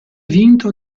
vinto